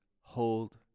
hold